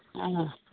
ꯑꯥ